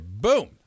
boom